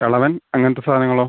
എളവൻ അങ്ങനത്തെ സാധനങ്ങളോ